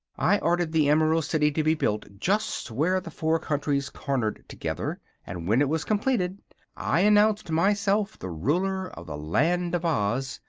i ordered the emerald city to be built just where the four countries cornered together, and when it was completed i announced myself the ruler of the land of oz,